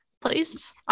please